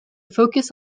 focus